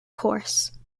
course